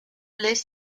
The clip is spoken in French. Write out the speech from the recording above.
les